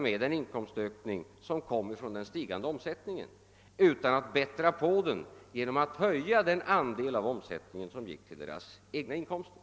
med den inkomstökning som kommer från den stigande omsättningen, utan ville bättra på den genom att höja den andel av omsättningen som gick till deras egna inkomster.